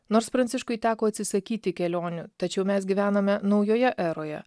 nors pranciškui teko atsisakyti kelionių tačiau mes gyvename naujoje eroje